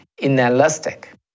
inelastic